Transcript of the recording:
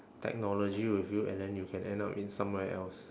technology with you and then you can end up in somewhere else